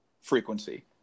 frequency